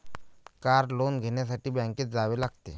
car loan घेण्यासाठी बँकेत जावे लागते